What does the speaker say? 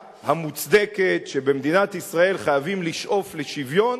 המוצדקת שבמדינת ישראל חייבים לשאוף לשוויון